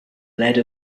led